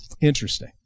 Interesting